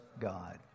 God